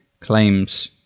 claims